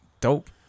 dope